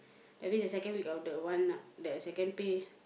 I think the second week of the one ah the second pay